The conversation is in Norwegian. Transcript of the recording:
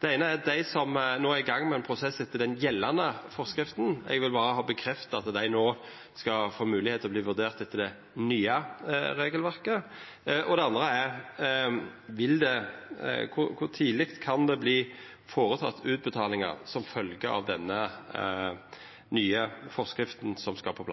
Det eine gjeld dei som no er i gang med ein prosess etter den gjeldande forskrifta. Eg vil berre ha bekrefta at dei no skal få moglegheit til å verta vurderte etter det nye regelverket. Det andre er: Kor tidleg kan det verta føreteke utbetalingar som følgje av denne nye forskrifta som skal på